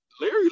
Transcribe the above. Larry